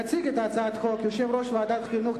יציג את הצעת החוק יושב-ראש ועדת החינוך,